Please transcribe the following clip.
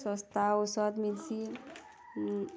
ଶସ୍ତା ଔଷଧ ମିଲ୍ସି